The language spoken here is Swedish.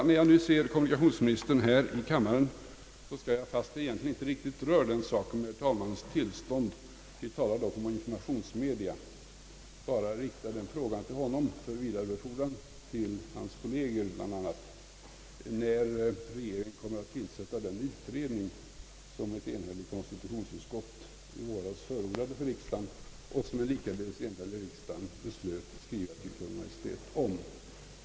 När jag nu ser kommunikationsministern här i kammaren skall jag, fastän det egentligen inte riktigt rör den saken, med herr talmannens tillstånd — vi talar dock om informationsmedia — bara rikta frågan till honom, för vidare befordran till hans kolleger bl.a., när regeringen kommer att tillsätta den utredning som ett enhälligt konstitutionsutskott i våras förordade för riksdagen och som en likaledes enhällig riksdag beslöt skriva till Kungl. Maj:t om.